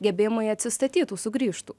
gebėjimai atsistatytų sugrįžtų